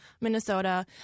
Minnesota